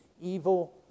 evil